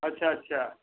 अच्छा अच्छा